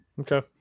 Okay